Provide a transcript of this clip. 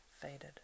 faded